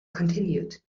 continued